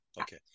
Okay